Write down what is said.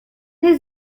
his